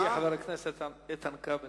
ידידי חבר הכנסת איתן כבל,